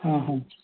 ಹಾಂ ಹಾಂ